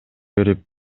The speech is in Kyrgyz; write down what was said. берип